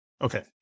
okay